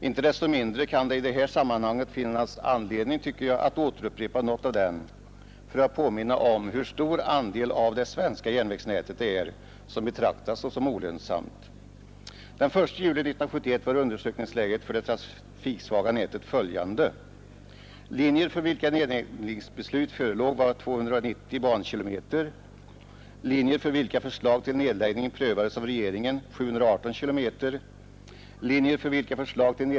Inte desto mindre kan det i det här sammanhanget finnas anledning att återupprepa något av den för att påminna om hur stor andel av det svenska järnvägsnätet det är som betraktas såsom olönsam.